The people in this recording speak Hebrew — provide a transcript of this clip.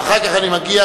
ואחר כך אני מגיע,